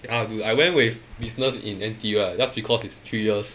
ya I went with business in N_T_U ah just because it's three years